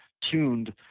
tuned